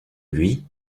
lui